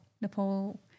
Nepal